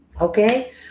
Okay